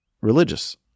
religious